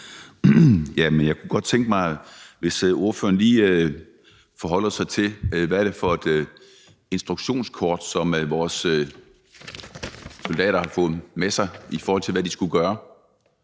Jeg kunne godt tænke mig, hvis ordføreren lige forholder sig til, hvad det er for nogle instruktionskort, som vores soldater har fået med sig, i forhold til hvad de skulle gøre.